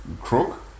crook